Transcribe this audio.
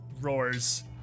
roars